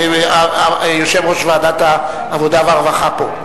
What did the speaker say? יושב-ראש ועדת העבודה והרווחה פה.